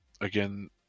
again